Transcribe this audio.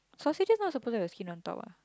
sausages not supposed have skin on top ah